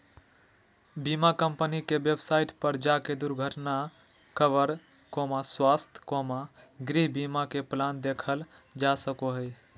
बीमा कम्पनी के वेबसाइट पर जाके दुर्घटना कवर, स्वास्थ्य, गृह बीमा के प्लान देखल जा सको हय